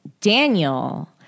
Daniel